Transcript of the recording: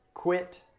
quit